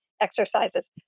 exercises